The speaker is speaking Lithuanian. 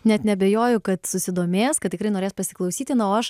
net neabejoju kad susidomės kad tikrai norės pasiklausyti na o aš